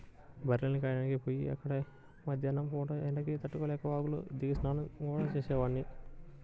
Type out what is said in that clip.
బర్రెల్ని కాయడానికి పొయ్యి అక్కడే మద్దేన్నం పూట ఎండకి తట్టుకోలేక వాగులో దిగి స్నానం గూడా చేసేవాడ్ని